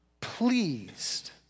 pleased